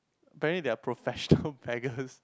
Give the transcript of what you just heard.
apparently there are professional beggars